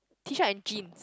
t-shirt and jeans